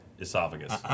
esophagus